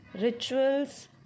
rituals